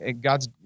God's